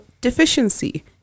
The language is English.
deficiency